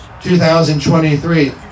2023